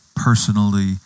Personally